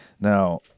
now